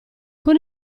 con